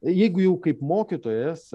jeigu jau kaip mokytojas